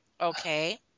Okay